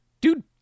Dude